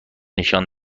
نشان